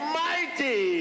mighty